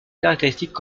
caractéristiques